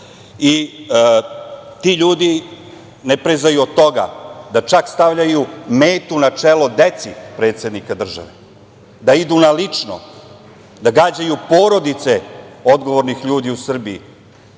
ljudi ne prezaju od toga da čak stavljaju metu na čelo deci predsednika države, da idu na lično, da gađaju porodice odgovornih ljudi u Srbiji,